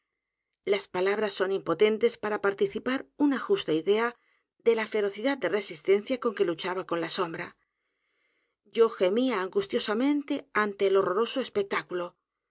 las palabras sonimpotentes para participar una j u s t a idea de la ferocidad de resistencia con que luchaba con la sombra yo gemía angustiosamente ante el h o rroroso espectáculo